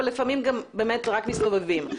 אבל לפעמים באמת רק מסתובבים,